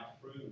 prove